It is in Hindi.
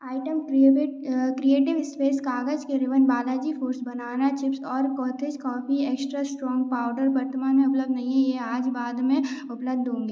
आइटम क्रिएटिव स्पेस कागज़ के ribbon Bagga ji Foods banana chips और Cothas coffee extra strong powder वर्तमान में उपलब्ध नहीं है यह आज बाद में उपलब्ध होंगे